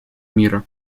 мира